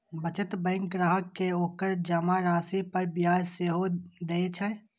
बचत बैंक ग्राहक कें ओकर जमा राशि पर ब्याज सेहो दए छै